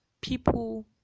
people